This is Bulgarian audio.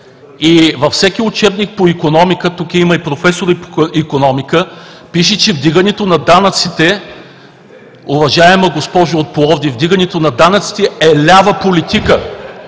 и във всеки учебник по икономика – тук има и професори по икономика, пише, че вдигането на данъците, уважаема госпожо от Пловдив, е лява политика, е лява политика!